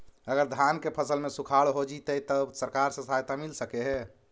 अगर धान के फ़सल में सुखाड़ होजितै त सरकार से सहायता मिल सके हे?